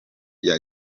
rya